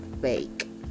fake